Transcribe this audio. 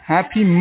Happy